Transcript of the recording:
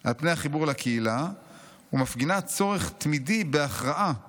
על פני החיבור לקהילה ומפגינה צורך תמידי בהכרעה